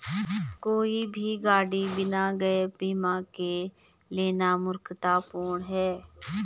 कोई भी गाड़ी बिना गैप बीमा के लेना मूर्खतापूर्ण है